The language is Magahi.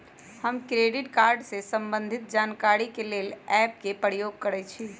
हम क्रेडिट कार्ड से संबंधित जानकारी के लेल एप के प्रयोग करइछि